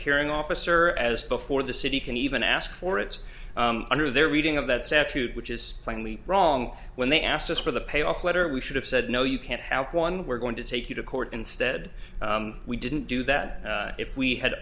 hearing officer as before the city can even ask for it under their reading of that statute which is plainly wrong when they asked us for the payoff letter we should have said no you can't have one we're going to take you to court instead we didn't do that if we had